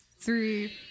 Three